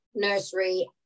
nursery